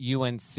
UNC